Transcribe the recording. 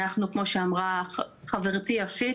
כמו שאמרה חברתי יפית,